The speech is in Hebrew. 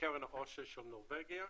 קרן העושר של נורבגיה,